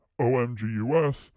OMGUS